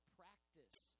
practice